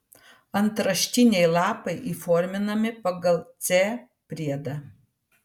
antraštiniai lapai įforminami pagal c priedą